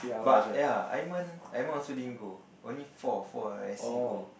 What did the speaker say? but ya Iman Iman also didn't go only four four I_C go